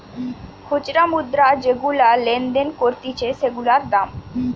খুচরা মুদ্রা যেগুলা লেনদেন করতিছে সেগুলার দাম